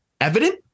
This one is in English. evident